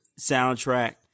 soundtrack